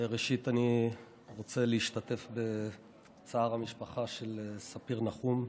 ראשית, אני רוצה להשתתף בצער המשפחה של ספיר נחום,